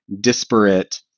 disparate